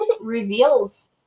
reveals